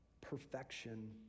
perfection